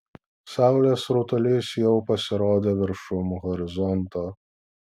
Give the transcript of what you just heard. saulės rutulys jau pasirodė viršum horizonto